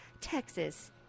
Texas